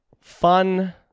fun